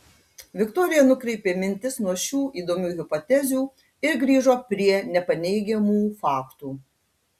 viktorija nukreipė mintis nuo šių įdomių hipotezių ir grįžo prie nepaneigiamų faktų